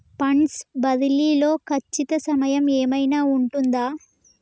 Funds బదిలీ లో ఖచ్చిత సమయం ఏమైనా ఉంటుందా?